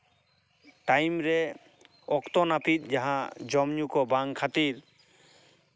ᱴᱟᱭᱤᱢᱨᱮ ᱚᱠᱛᱚ ᱱᱟᱹᱯᱤᱛ ᱡᱟᱦᱟᱸ ᱡᱚᱢ ᱧᱩ ᱠᱚ ᱵᱟᱝ ᱠᱷᱟᱹᱛᱤᱨ